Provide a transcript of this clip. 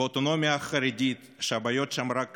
באוטונומיה החרדית, שהבעיות שם רק